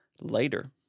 later